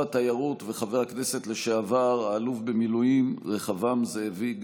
התיירות וחבר הכנסת לשעבר האלוף במילואים רחבעם זאבי,